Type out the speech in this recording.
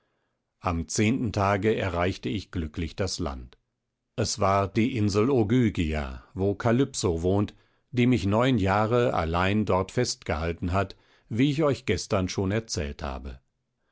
am zehnten tage erreichte ich glücklich das land es war die insel ogygia wo kalypso wohnt die mich neun jahre allein dort festgehalten hat wie ich euch gestern schon erzählt habe